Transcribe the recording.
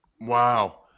Wow